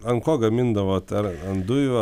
ant ko gamindavot ar ant dujų